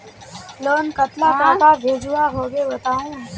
Loan कतला टाका भेजुआ होबे बताउ?